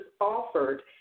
offered